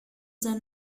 then